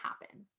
happen